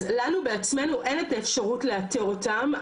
אז לנו בעצמנו אין לנו את האפשרות לאתר אותם,